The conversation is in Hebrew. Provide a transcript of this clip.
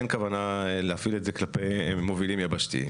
אין כוונה להפעיל את זה כלפי מובילים יבשתיים,